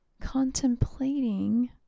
contemplating